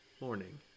morning